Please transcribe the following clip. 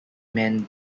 men